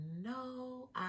no